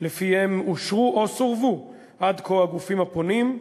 שלפיהם אושרו או סורבו עד כה הגופים הפונים.